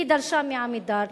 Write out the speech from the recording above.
והיא דרשה מ"עמידר"